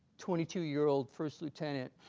twenty two year old first lieutenant